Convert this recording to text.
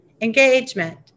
engagement